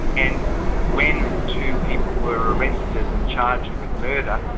and when two people were arrested and charged with murder,